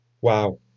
Wow